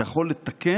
אתה יכול לתקן.